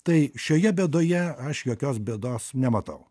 tai šioje bėdoje aš jokios bėdos nematau